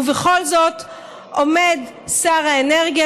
ובכל זאת עומד שר האנרגיה,